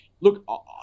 Look